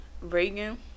Reagan